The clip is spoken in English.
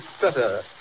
better